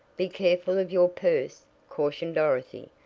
be careful of your purse, cautioned dorothy,